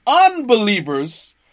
Unbelievers